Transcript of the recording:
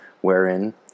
wherein